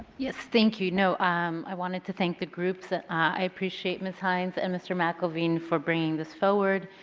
yes, thank you. know um i wanted to thank the groups. i appreciate ms. hynes and mr. mcelveen for bringing this forward.